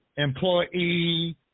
Employee